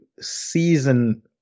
season